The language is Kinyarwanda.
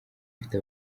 ifite